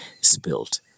spilled